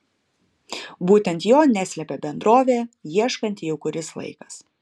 būtent jo neslepia bendrovė ieškanti jau kuris laikas